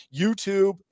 YouTube